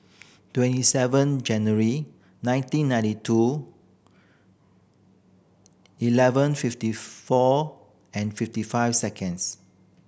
twenty seven January nineteen ninety two eleven fifty four and fifty five seconds